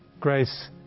grace